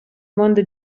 mondo